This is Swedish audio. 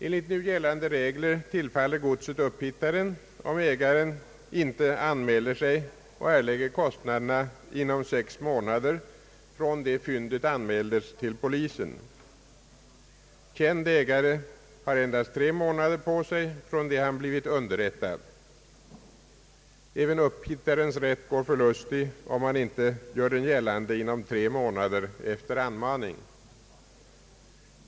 Enligt nu gällande regler tillfaller godset upphittaren, om ägaren inte anmäler sig och erlägger kostnaderna inom sex månader från det fyndet anmäldes till polisen. Känd ägare har endast tre månader på sig från det han blivit underrättad. Även upphittarens rätt går förlustig, om han inte gör den gällande inom tre månader efter anmaning.